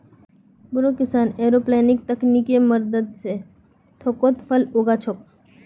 बोरो किसान एयरोपोनिक्स तकनीकेर मदद स थोकोत फल उगा छोक